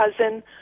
cousin